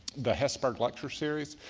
the hesberg lecture series.